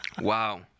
Wow